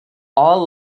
all